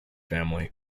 family